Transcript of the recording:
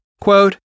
Quote